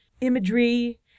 imagery